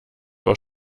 war